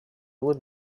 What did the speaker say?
would